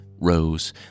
Rose